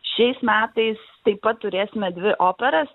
šiais metais taip pat turėsime dvi operas